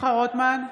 שמחה רוטמן,